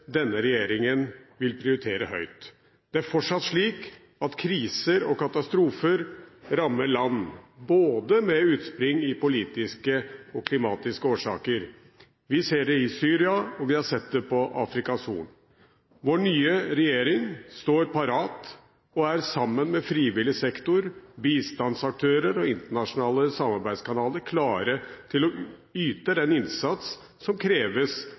denne regjeringen vil prioritere høyt. Det er fortsatt slik at kriser og katastrofer rammer land med utspring i både politiske og klimatiske årsaker. Vi ser det i Syria, og vi har sett det på Afrikas Horn. Vår nye regjering står parat og er sammen med frivillig sektor, bistandsaktører og internasjonale samarbeidskanaler klar til å yte den innsatsen som kreves